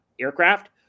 aircraft